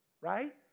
right